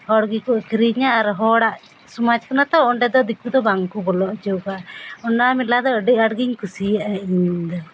ᱦᱚᱲ ᱜᱮᱠᱚ ᱟᱹᱠᱷᱟᱹᱨᱤᱧᱟ ᱟᱨ ᱦᱚᱲᱟᱜ ᱥᱚᱢᱟᱡᱽ ᱠᱟᱱᱟ ᱛᱚ ᱚᱸᱰᱮ ᱫᱚ ᱫᱤᱠᱩ ᱫᱚ ᱵᱟᱝᱠᱚ ᱵᱚᱞᱚ ᱚᱪᱚᱣᱟᱠᱚᱣᱟ ᱚᱱᱟ ᱢᱮᱞᱟ ᱫᱚ ᱟᱹᱰᱤ ᱟᱸᱴ ᱜᱮᱧ ᱠᱩᱥᱤᱭᱟᱜᱼᱟ ᱤᱧ ᱫᱚ